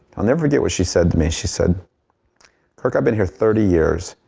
i'll never forget what she said to me, she said kirk, i've been here thirty years.